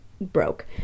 broke